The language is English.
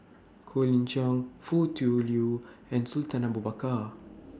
Colin Cheong Foo Tui Liew and Sultan Abu Bakar